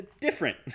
different